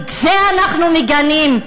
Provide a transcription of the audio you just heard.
את זה אנחנו מגנים.